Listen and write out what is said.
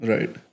Right